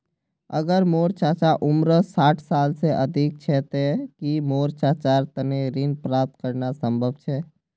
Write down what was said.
अगर मोर चाचा उम्र साठ साल से अधिक छे ते कि मोर चाचार तने ऋण प्राप्त करना संभव छे?